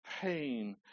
pain